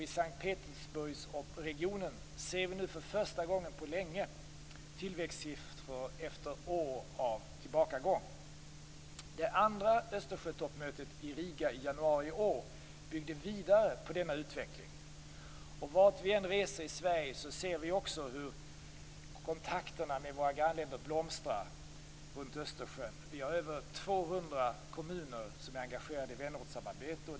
I S:t Petersburgsregionen ser vi nu för första gången på länge tillväxtsiffror efter år av tillbakagång. Det andra Östersjötoppmötet i Riga i januari i år byggde vidare på denna utveckling. Vart vi än reser i Sverige ser vi hur kontakterna med våra grannländer runt Östersjön blomstrar. Över 200 kommuner är engagerade i vänortssamarbete.